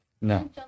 no